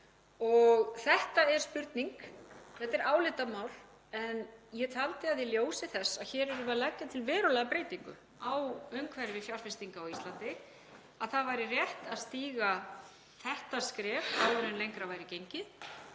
Þetta er spurning og þetta er álitamál en ég taldi að í ljósi þess að hér erum við að leggja til verulega breytingu á umhverfi fjárfestinga á Íslandi þá væri rétt að stíga þetta skref áður en lengra væri gengið.